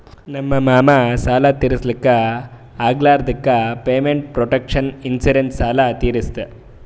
ನಮ್ ಮಾಮಾ ಸಾಲ ತಿರ್ಸ್ಲಕ್ ಆಗ್ಲಾರ್ದುಕ್ ಪೇಮೆಂಟ್ ಪ್ರೊಟೆಕ್ಷನ್ ಇನ್ಸೂರೆನ್ಸ್ ಸಾಲ ತಿರ್ಸುತ್